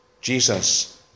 Jesus